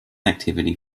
activity